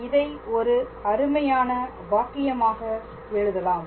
இதை ஒரு அருமையான வாக்கியமாக எழுதலாம்